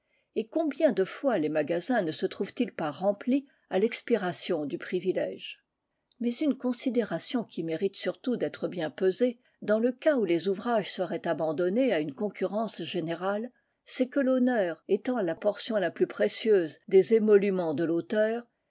et combien de fois les magasins ne se trouvent ils pas remplis à l'expiration du privilège mais une considération qui mérite surtout d'être bien pesée dans le cas où les ouvrages seraient abandonnés à une concurrence générale c'est que l'honneur étant la portion la plus précieuse des émoluments de l'auteur